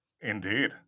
Indeed